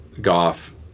Goff